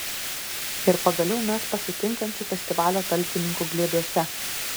ir pagaliau mes pasitinkančių festivalio talkininkų glėbiuose